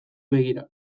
begira